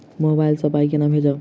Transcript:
Mobile सँ पाई केना भेजब?